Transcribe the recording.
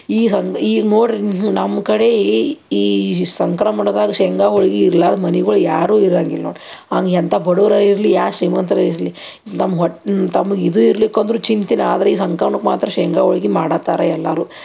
ಈ ಈ ನೋಡಿರಿ ನಮ್ಮ ಕಡೆ ಈ ಸಂಕ್ರಮಣದಾಗ ಶೇಂಗಾ ಹೋಳ್ಗೆ ಇರ್ಲಾರ್ದ ಮನಿಗಳು ಯಾರು ಇರಂಗಿಲ್ಲ ನೋಡಿರಿ ಅವ್ನ ಎಂಥ ಬಡುವ್ರೆ ಇರಲಿ ಯಾ ಶ್ರೀಮಂತ್ರೆ ಇರಲಿ ನಮ್ಮ ಹೊಟ್ಟೆ ತಮಗೆ ಇದು ಇರ್ಲಿಕ್ಕಂದ್ರು ಚಿಂತಿಲ್ಲ ಆದ್ರೆ ಈ ಸಂಕ್ರಮಣಕ್ಕೆ ಮಾತ್ರ ಶೇಂಗಾ ಹೋಳ್ಗೆ ಮಾಡತಾರೆ ಎಲ್ಲರೂ ಅಷ್ಟು